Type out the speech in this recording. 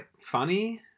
funny